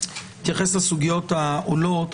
יתייחס לסוגיות העולות,